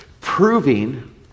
proving